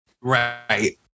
right